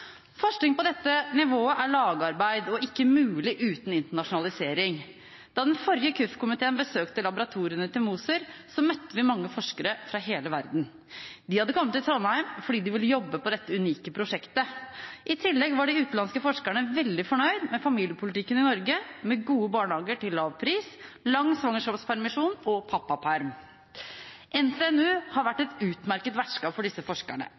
Forskning på dette nivået er lagarbeid og ikke mulig uten internasjonalisering. Da den forrige kirke-, utdannings- og forskningskomiteen besøkte laboratoriene til Moser, møtte vi mange forskere fra hele verden. De hadde kommet til Trondheim fordi de ville jobbe på dette unike prosjektet. I tillegg var de utenlandske forskerne veldig fornøyde med familiepolitikken i Norge, med gode barnehager til lav pris, lang svangerskapspermisjon og pappaperm. NTNU har vært et utmerket vertskap for disse forskerne.